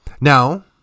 Now